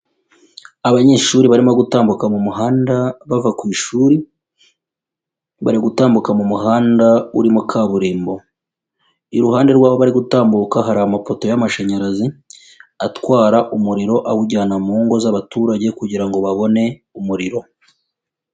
Abanyeshuri barimo gutambuka mu muhanda bava ku ishuri, bari gutambuka mu muhanda urimo kaburimbo, iruhande rw'aho bari gutambuka hari amapoto y'amashanyarazi, atwara umuriro awujyana mu ngo z'abaturage kugira ngo babone umuriro.